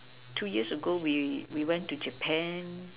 two years ago we we went to Japan